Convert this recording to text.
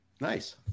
nice